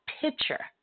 picture